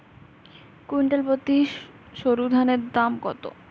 Quintal প্রতি সরুধানের দাম কত?